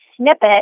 snippet